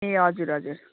ए हजुर हजुर